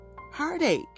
heartache